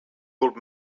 old